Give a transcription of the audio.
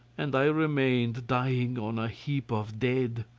and i remained dying on a heap of dead.